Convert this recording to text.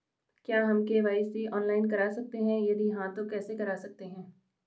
क्या हम KYC online करा सकते हैं यदि हाँ तो कैसे करा सकते हैं?